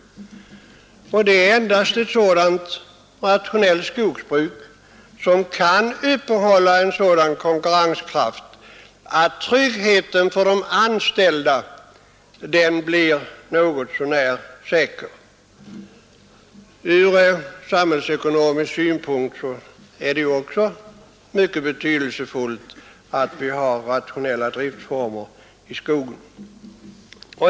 Det är ju endast ett rationellt skogsbruk som kan uppehålla en sådan konkurrenskraft att tryggheten för de anställda blir något så när säkrad. Ur samhällsekonomisk synpunkt är det också mycket betydelsefullt att vi har rationella driftformer i skogen.